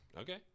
Okay